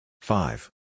Five